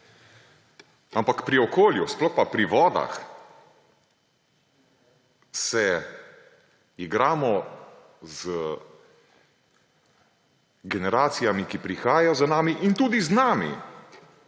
Ampak pri okolju, sploh pa pri vodah, se igramo z generacijami, ki prihajajo za nami, in tudi z nami.